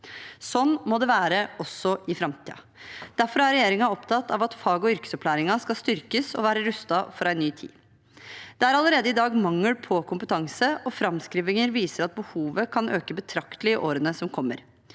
Sånn må det være også i framtiden, og derfor er regjeringen opptatt av at fag- og yrkesopplæringen skal styrkes og være rustet for en ny tid. Det er allerede i dag mangel på kompetanse, og framskrivinger viser at behovet kan øke betraktelig i årene som kommer.